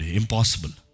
impossible